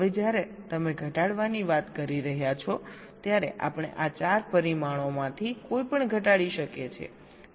હવે જ્યારે તમે ઘટાડવાની વાત કરી રહ્યા છો ત્યારે આપણે આ 4 પરિમાણોમાંથી કોઈપણ ઘટાડી શકીએ છીએ